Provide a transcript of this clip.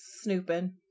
snooping